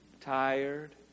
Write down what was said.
tired